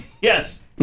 Yes